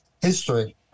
history